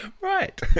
Right